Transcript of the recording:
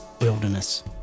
wilderness